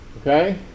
Okay